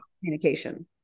communication